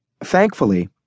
Thankfully